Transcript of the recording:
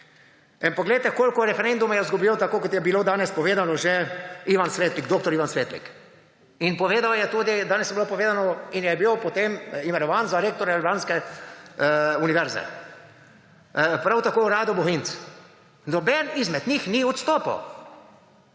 Poglejte, koliko referendumov je zgubil, tako kot je bilo danes že povedano, dr. Ivan Svetlik. In povedal je tudi, danes je bilo povedano, da je bil potem imenovan za rektorja ljubljanske univerze. Prav tako Rado Bohinc. Noben izmed njih ni odstopil.